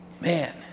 Man